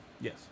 Yes